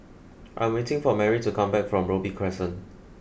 I am waiting for Marie to come back from Robey Crescent